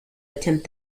attempt